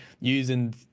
using